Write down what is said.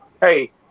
hey